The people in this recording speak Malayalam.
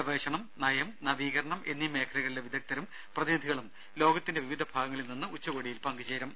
ഗവേഷണം നയം നവീകരണം എന്നീ മേഖലകളിലെ വിദഗ്ദ്ധരും പ്രതിനിധികളും ലോകത്തിന്റെ വിവിധ ഭാഗങ്ങളിൽ നിന്നും ഉച്ചകോടിയിൽ പങ്കുചേരും